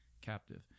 captive